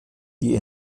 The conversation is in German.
die